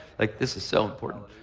like this is so important.